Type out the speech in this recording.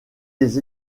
des